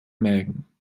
mägen